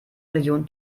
millionen